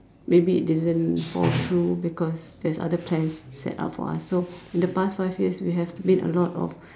maybe it doesn't fall through because there's other plans set up for us so in the past five years we have made a lot of